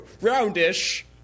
Roundish